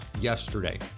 yesterday